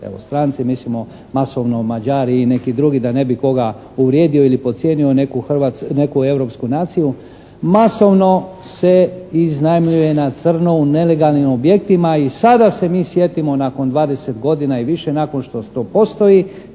Evo stranci mislimo masovno Mađari i neki drugi da ne bih koga uvrijedio ili potcijenio neku europsku naciju. Masovno se iznajmljuje na crno u nelegalnim objektima i sada se mi sjetimo nakon 20 godina i više nakon što to postoji